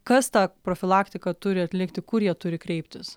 kas tą profilaktiką turi atlikti kur jie turi kreiptis